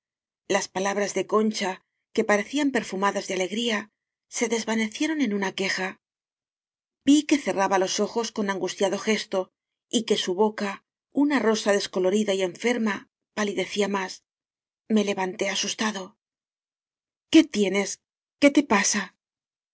las palabras de i concha que parecían perfumadas de alegría se desvanecieron en una queja vi que cerraba los ojos con angustiado ges to y que su boca una rosa descolorida y enferma palidecía más me levanté asus tado qué tienes qué te pasa